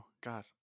God